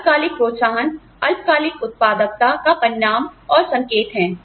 अल्पकालिक प्रोत्साहन अल्पकालिक उत्पादकता का परिणाम और संकेत हैं